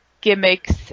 gimmicks